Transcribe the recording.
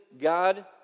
God